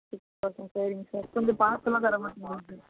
சரி அப்புறம் சரிங்க சார் கொஞ்சம் பார்த்துலாம் தர மாட்டிங்களா சார்